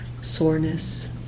soreness